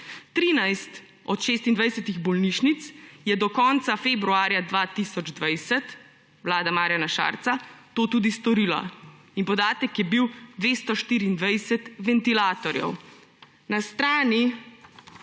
13 od 26 bolnišnic je do konca februarja 2020 – vlada Marjana Šarca – to tudi storila. In podatek je bil 224 ventilatorjev. Na strani